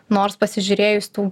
nors pasižiūrėjus tų